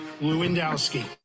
Lewandowski